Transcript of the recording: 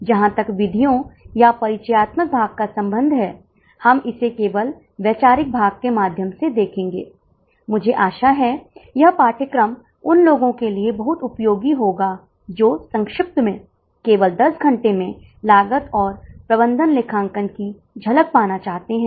अब भीमाशंकर महाराष्ट्र में एक बहुत ही महत्वपूर्ण तीर्थ स्थान है यहाँ एक बहुत ही दिलचस्प अभयारण्य है जहाँ आप वन्य जीवन देख सकते हैं